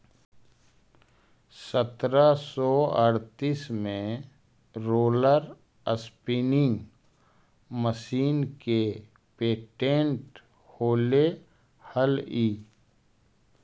सत्रह सौ अड़तीस में रोलर स्पीनिंग मशीन के पेटेंट होले हलई